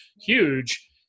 huge